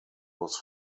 was